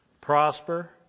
prosper